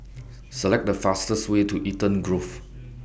Select The fastest Way to Eden Grove